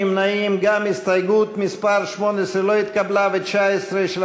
הסתייגות מס' 18, מי בעד?